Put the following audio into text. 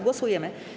Głosujemy.